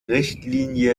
richtlinie